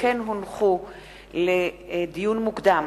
לדיון מוקדם: